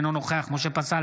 אינו נוכח משה פסל,